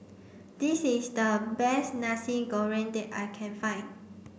this is the best Nasi Goreng that I can find